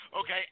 okay